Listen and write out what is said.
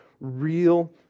real